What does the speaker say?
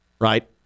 right